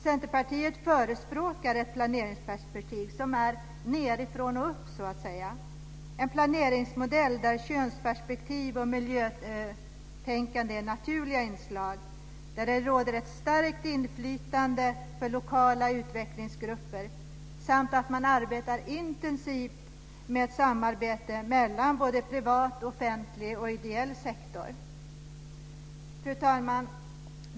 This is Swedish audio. Centerpartiet förespråkar ett planeringsperspektiv nedifrån och upp, en planeringsmodell där könsperspektiv och miljötänkande är naturliga inslag, där det råder ett stärkt inflytande för lokala utvecklingsgrupper samt där det bedrivs ett intensivt samarbete mellan privat, offentlig och ideell sektor. Fru talman!